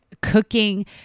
cooking